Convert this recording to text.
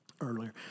earlier